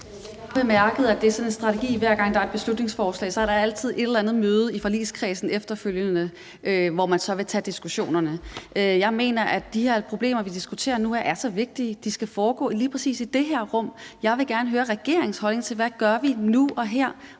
… bemærket, at det er sådan en strategi, man bruger. Hver gang der er et beslutningsforslag, er der altid et eller andet møde i forligskredsen efterfølgende, hvor man så vil tage diskussionerne. Jeg mener, at de her problemer, vi diskuterer nu, er så vigtige, at de skal foregå i lige præcis det her rum. Jeg vil gerne høre regeringens holdning til, hvad vi gør nu og her.